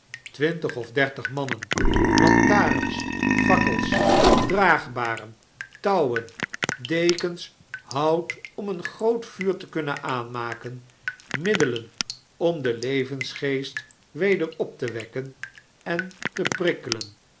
twintig of dertig mannen lantarens fakkels draagbaren touwen dekens hout om een groot vuur te kunnen aanmaken middelen om den levensgeest weder op te wekken en te prikkel'en